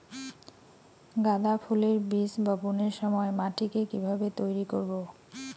গাদা ফুলের বীজ বপনের সময় মাটিকে কিভাবে তৈরি করব?